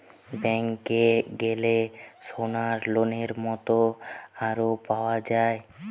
ব্যাংকে গ্যালে সোনার লোনের মত আরো পাওয়া যায়